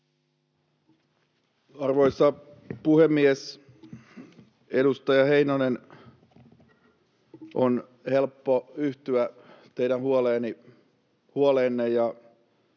Arvoisa puhemies! Edustaja Heinonen, on helppo yhtyä teidän huoleenne.